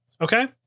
Okay